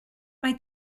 mae